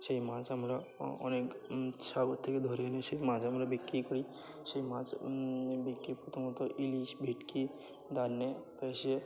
সেই মাছ আমরা অনেক সাগর থেকে ধরে এনে সেই মাছ আমরা বিক্রি করি সেই মাছ বিক্রি প্রথমত ইলিশ ভেটকি দান্নে এসে